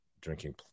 drinking